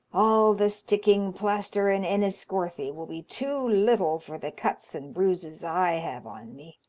all the sticking-plaster in enniscorthy will be too little for the cuts and bruises i have on me.